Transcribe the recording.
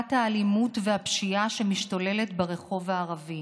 מכת האלימות והפשיעה שמשתוללת ברחוב הערבי.